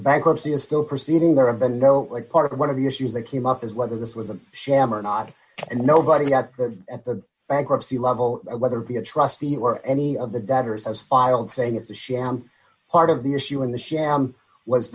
bankruptcy is still proceeding there of the know like part of one of the issues that came up is whether this was a sham or not and nobody at the at the bankruptcy level whether it be a trustee or any of the debtors has filed saying it's a sham part of the issue in the sham w